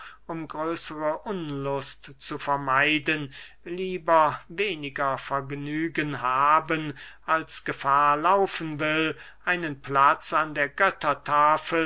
größere unlust zu vermeiden lieber weniger vergnügen haben als gefahr laufen will einen platz an der